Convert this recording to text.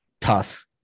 tough